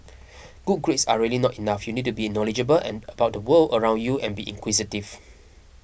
good grades are really not enough you need to be knowledgeable and about the world around you and be inquisitive